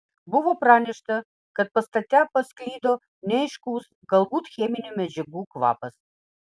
buvo pranešta kad pastate pasklido neaiškus galbūt cheminių medžiagų kvapas